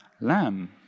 Lamb